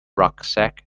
rucksack